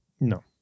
No